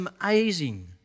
amazing